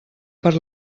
per